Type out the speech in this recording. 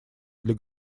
для